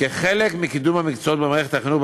כחלק מקידום המקצועות במערכת החינוך,